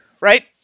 Right